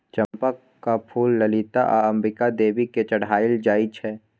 चंपाक फुल ललिता आ अंबिका देवी केँ चढ़ाएल जाइ छै